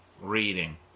reading